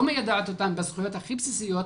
לא מיידעת אותם בזכויות הכי בסיסיות,